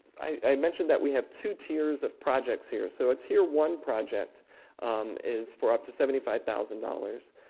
i mentioned that we have two tiers of projects here. so a tier one project is for up to seventy five thousand dollars.